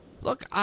Look